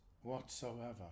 whatsoever